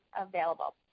available